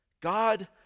God